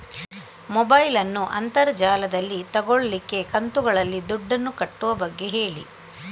mobile ನ್ನು ಅಂತರ್ ಜಾಲದಲ್ಲಿ ತೆಗೋಲಿಕ್ಕೆ ಕಂತುಗಳಲ್ಲಿ ದುಡ್ಡನ್ನು ಕಟ್ಟುವ ಬಗ್ಗೆ ಹೇಳಿ